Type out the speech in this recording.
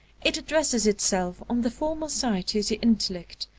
it addresses itself on the formal side to the intellect,